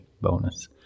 bonus